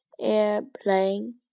airplane